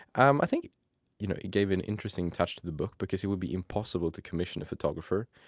um i think you know it gave an interesting touch to the book, because it would be impossible to commission a photographer,